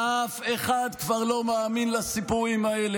ערוץ 14,